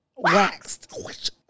waxed